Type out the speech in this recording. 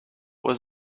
was